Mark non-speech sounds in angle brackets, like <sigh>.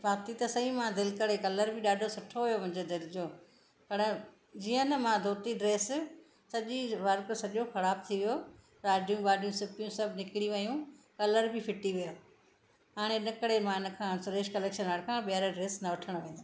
पाती त सही मां दिलु करे कलरु बि ॾाढ़ो सुठो हुयो मुंहिंजे ड्रेस जो पर जीअं न मां धोती ड्रेस सॼी वर्क सॼो ख़राब थी वयो <unintelligible> सिपूं सभु निकरी वयूं कलरु बि फिटी वयो हाणे इन करे मां इन खां सुरेश कलेक्शन वारे खां ॿियर ड्रेस न वठण वेंदमि